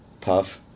Puff